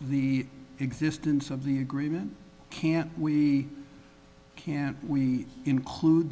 the existence of the agreement can't we can't we include